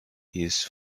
his